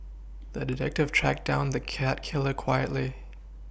the detective tracked down the cat killer quietly